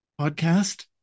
podcast